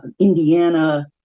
Indiana